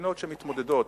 במדינות שמתמודדות,